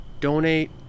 Donate